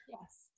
Yes